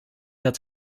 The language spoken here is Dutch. dat